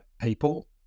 people